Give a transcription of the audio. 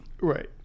right